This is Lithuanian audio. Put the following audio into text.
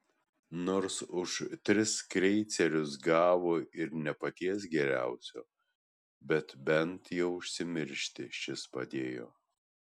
nors už tris kreicerius gavo ir ne paties geriausio bet bent jau užsimiršti šis padėjo